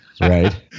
right